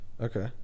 Okay